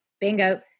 Bingo